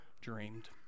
dreamed